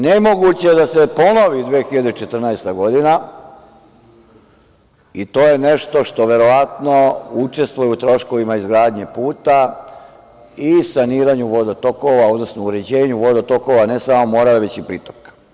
Nemoguće je da se ponovi 2014. godina i to je nešto što verovatno učestvuje u troškovima izgradnje puta i saniranju vodotokova, odnosno uređenju vodotokova ne samo Morave već i pritoka.